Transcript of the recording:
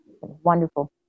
Wonderful